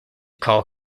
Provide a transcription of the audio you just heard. call